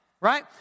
Right